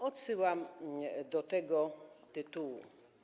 Odsyłam do tego tytułu.